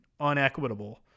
unequitable